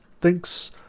thinks